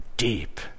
deep